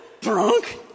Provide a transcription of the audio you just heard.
drunk